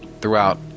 throughout